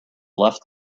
left